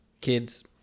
kids